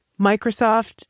Microsoft